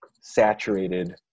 saturated